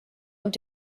und